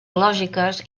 lògiques